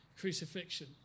Crucifixion